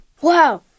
Wow